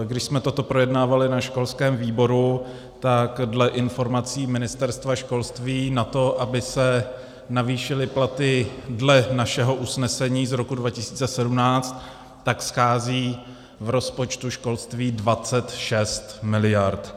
Když jsme toto projednávali na školském výboru, tak dle informací Ministerstva školství na to, aby se navýšily platy dle našeho usnesení z roku 2017, schází v rozpočtu školství 26 mld.